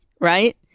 right